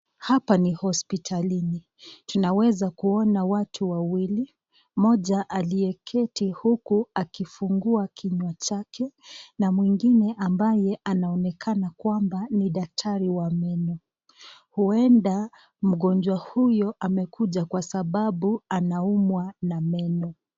Hapa ni hospitalini, tunaweza kuona watu wawili mmoja alieketi huku akifungua kinywa chake na mwingine ambayo anaonekana kwamba ni daktari wa meno. Huenda mgonjwa huyo amekuja kwa sababu anaumwa na meno.